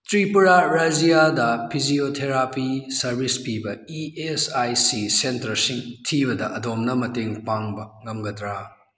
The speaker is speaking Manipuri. ꯇ꯭ꯔꯤꯄꯨꯔꯥ ꯔꯥꯖ꯭ꯌꯥꯗ ꯐꯤꯖꯤꯌꯣꯊꯦꯔꯥꯄꯤ ꯁꯔꯚꯤꯁ ꯄꯤꯕ ꯏ ꯑꯦꯁ ꯑꯥꯏ ꯁꯤ ꯁꯦꯟꯇꯔꯁꯤꯡ ꯊꯤꯕꯗ ꯑꯗꯣꯝꯅ ꯃꯇꯦꯡ ꯄꯥꯡꯕ ꯉꯝꯒꯗ꯭ꯔꯥ